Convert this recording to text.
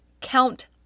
Count